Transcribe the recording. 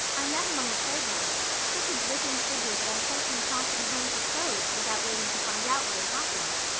i met him on the playground, such a dripping figure that i sent him promptly home for clothes without waiting to find out what had happened.